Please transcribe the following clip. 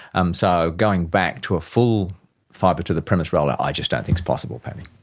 um so going back to a full fibre-to-the-premise rollout, i just don't think is possible, paddy.